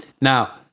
Now